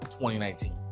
2019